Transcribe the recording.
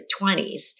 20s